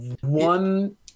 one